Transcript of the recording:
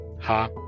Ha